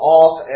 off